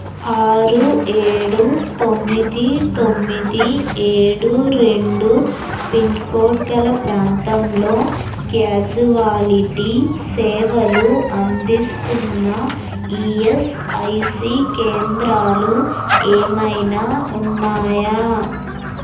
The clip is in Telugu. ఆరు ఏడు తొమ్మిది తొమ్మిది ఏడు రెండు పిన్కోడ్గల ప్రాంతంలో క్యాజువాలిటీ సేవలు అందిస్తున్న ఈఎస్ఐసి కేంద్రాలు ఏమైనా ఉన్నాయా